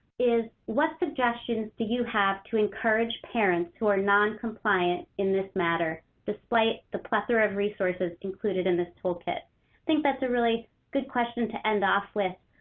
is what suggestions do you have to encourage parents who are noncompliant in this matter despite the plethora of resources included in this toolkit? i think that's a really good question to end off with.